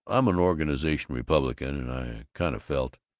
i'm an organization republican, and i kind of felt